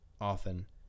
often